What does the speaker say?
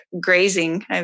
grazing